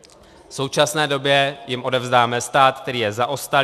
V současné době jim odevzdáme stát, který je zaostalý.